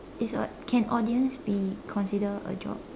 it's a can audience be consider a job